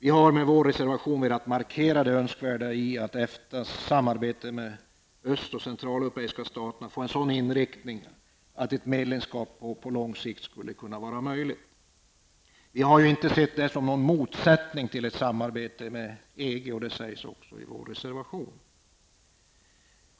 Vi har med vår reservation velat markera det önskvärda i att EFTAs samarbete med de öst och centraleuropeiska staterna får en sådan inriktning att ett medlemskap på lång sikt skulle kunna vara möjligt. Vi har inte sett detta som någon motsättning till ett samarbete med EG, vilket också sägs i vår reservation.